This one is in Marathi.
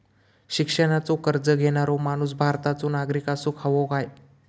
शिक्षणाचो कर्ज घेणारो माणूस भारताचो नागरिक असूक हवो काय?